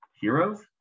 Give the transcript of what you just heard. Heroes